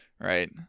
Right